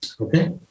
okay